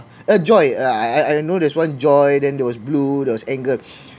uh joy I I didn't know there was one joy then there was blue there was anger